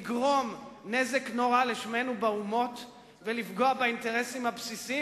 לגרום נזק נורא לשמנו באומות ולפגוע באינטרסים הבסיסיים,